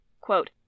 quote